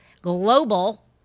global